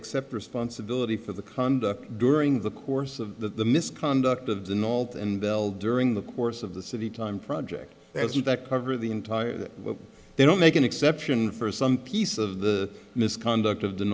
accept responsibility for the conduct during the course of the misconduct of the north and l during the course of the city time project as you that cover the entire that they don't make an exception for some piece of the misconduct of the